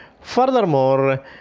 Furthermore